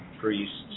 priests